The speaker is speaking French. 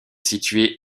située